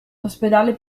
ospedale